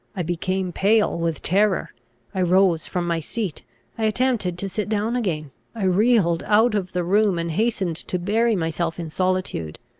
i became pale with terror i rose from my seat i attempted to sit down again i reeled out of the room, and hastened to bury myself in solitude.